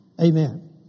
Amen